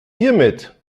hiermit